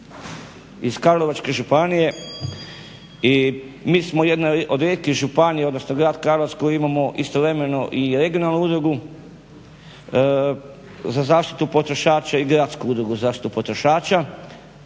iz Karlovačke županije i mi smo od jedna od rijetkih županija odnosno grad Karlovac koji imamo istovremeno i regionalnu udrugu za zaštitu potrošača i gradsku udrugu za zaštitu potrošača.